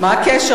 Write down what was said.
מה הקשר?